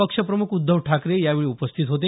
पक्षप्रमुख उद्धव ठाकरे यावेळी उपस्थित होते